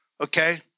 Okay